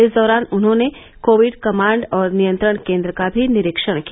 इस दौरान उन्होंने कोविड कमांड और नियंत्रण केन्द्र का भी निरीक्षण किया